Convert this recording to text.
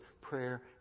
prayer